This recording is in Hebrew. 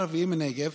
ערבי מהנגב,